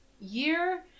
year